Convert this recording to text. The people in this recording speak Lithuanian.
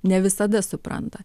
ne visada supranta